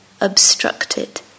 obstructed